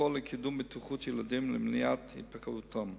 לפעול לקידום בטיחות ילדים למניעת היפגעותם.